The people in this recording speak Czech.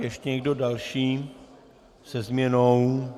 Ještě někdo další se změnou?